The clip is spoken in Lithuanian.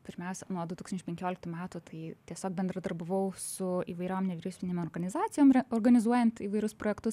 pirmiausia nuo du tūkstančiai penkioliktų metų tai tiesiog bendradarbiavau su įvairiom nevyriausybinėm organizacijom organizuojant įvairius projektus